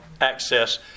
access